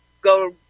go